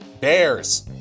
Bears